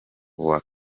kuwa